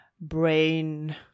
brain